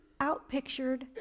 outpictured